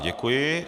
Děkuji.